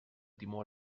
timó